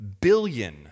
billion